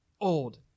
old